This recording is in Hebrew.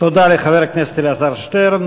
תודה לחבר הכנסת אלעזר שטרן.